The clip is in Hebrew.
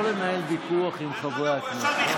לא לנהל ויכוח עם חברי הכנסת.